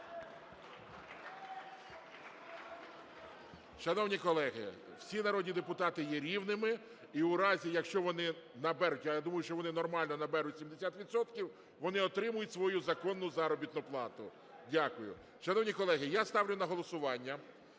Шановні колеги, всі народні депутати є рівними. І в разі, якщо вони наберуть, а я думаю, що вони нормально наберуть 70 відсотків, вони отримають свою законну заробітну плату. Дякую. Шановні колеги, я ставлю на голосування